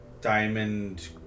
diamond